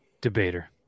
debater